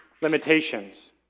limitations